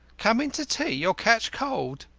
come in to tea, you'll catch cold,